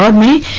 um may